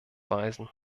weisen